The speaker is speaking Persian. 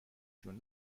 جون